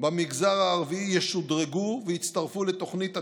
במגזר הערבי ישודרגו ויצטרפו לתוכנית התקשוב,